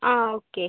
ആ ഓക്കെ